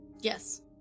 Yes